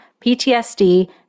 PTSD